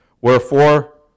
Wherefore